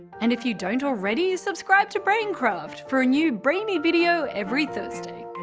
and if you don't already, subscribe to braincraft! for a new brainy video every thursday.